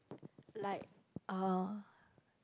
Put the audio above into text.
like uh